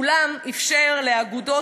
אולם אפשר לאגודות,